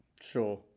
Sure